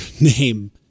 name